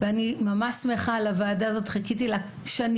אני ממש שמחה על הוועדה הזאת, חיכיתי לה שנים.